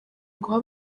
guha